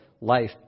life